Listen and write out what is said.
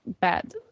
bad